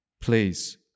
please